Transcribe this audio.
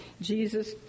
Jesus